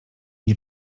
nie